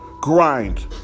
grind